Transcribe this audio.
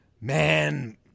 man